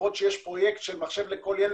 למרות שיש פרויקט של מחשב לכל ילד,